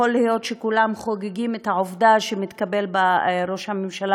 יכול להיות שכולם חוגגים את העובדה שמתקבל ראש הממשלה